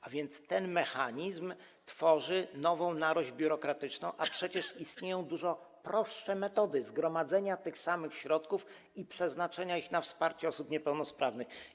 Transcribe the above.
Tak więc ten mechanizm tworzy nową narośl biurokratyczną, a przecież istnieją dużo prostsze metody gromadzenia tych samych środków i przeznaczenia ich na wsparcie osób niepełnosprawnych.